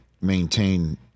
maintain